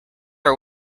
our